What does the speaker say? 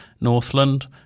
Northland